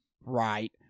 right